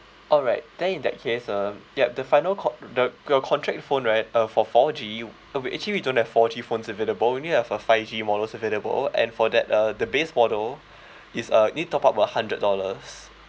alright then in that case um yup the final co~ the your contract phone right uh for four G uh we actually we don't have four G phones available we only have a five G models available and for that uh the base model is a you need to top up about hundred dollars